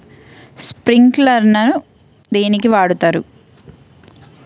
Sprinkler ను దేనికి వాడుతరు?